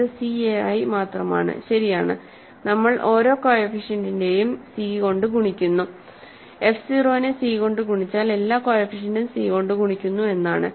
ഇത് c a i മാത്രമാണ് ശരിയാണ് നമ്മൾ ഓരോ കോഎഫിഷ്യന്റിനെയും c കൊണ്ട് ഗുണിക്കുന്നു f 0 നെ c കൊണ്ട് ഗുണിച്ചാൽ എല്ലാ കോഎഫിഷ്യന്റും c കൊണ്ട് ഗുണിക്കുന്നു എന്നാണ്